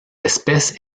espèce